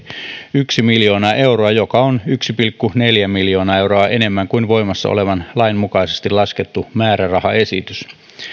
yksi miljoonaa euroa mikä on yksi pilkku neljä miljoonaa euroa enemmän kuin voimassa olevan lain mukaisesti laskettu määrärahaesitys